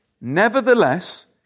Nevertheless